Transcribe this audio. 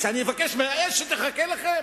שאני אבקש מהאש שתחכה לכם?